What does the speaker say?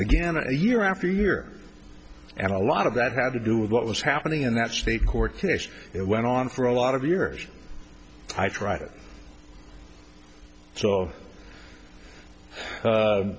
again a year after year and a lot of that have to do with what was happening in that state court case it went on for a lot of years i tr